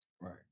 Right